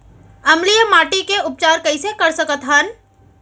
अम्लीय माटी के उपचार कइसे कर सकत हन?